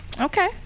Okay